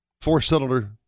four-cylinder